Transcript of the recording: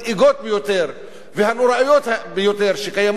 והנוראיות ביותר שקיימות במערכת החינוך,